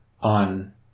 on